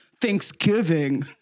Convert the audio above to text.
Thanksgiving